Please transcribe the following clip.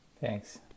Thanks